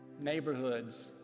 neighborhoods